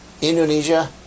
Indonesia